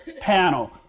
panel